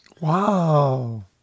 Wow